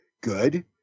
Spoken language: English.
good